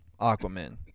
Aquaman